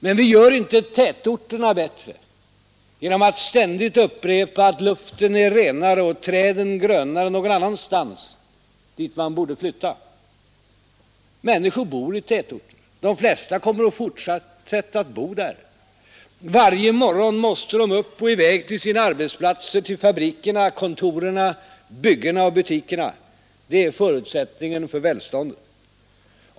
Men vi gör inte tätorterna bättre genom att ständigt upprepa att luften är renare och träden grönare någon annanstans dit man borde flytta. Människor bor i tätorter. De flesta kommer att fortsätta att bo där. Varje morgon måste de upp och i väg till sina arbetsplatser, till fabrikerna, kontoren, byggena och butikerna. Det är förutsättningen för välståndet.